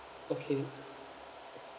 okay